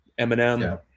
Eminem